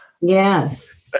yes